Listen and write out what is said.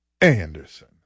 Anderson